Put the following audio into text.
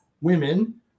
women